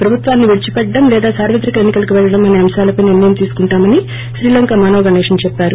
ప్రభుత్వాన్ని విడిచిపెట్టడం లేదా సార్వత్రిక ఎన్ని కలకు పెళ్ళడం అసే అంశాలపై నిర్ణయం తీసుకుంటామని శ్రీలంక మనో గణేషన్ చెప్పారు